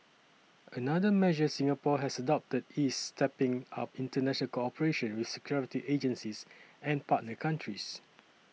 another measure Singapore has adopted is stepping up international cooperation with security agencies and partner countries